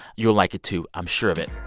you'll like it, too. i'm sure of it